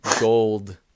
gold